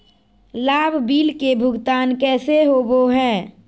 लाभ बिल के भुगतान कैसे होबो हैं?